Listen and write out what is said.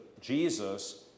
Jesus